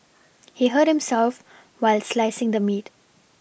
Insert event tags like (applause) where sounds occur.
(noise) he hurt himself while slicing the meat